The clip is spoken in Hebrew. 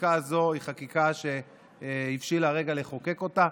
שהחקיקה הזו היא חקיקה שהבשיל הרגע לחוקק אותה,